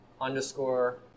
underscore